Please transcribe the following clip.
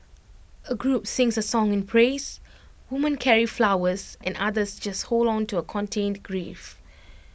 A group sings A song in praise women carry flowers and others just hold on to A contained grief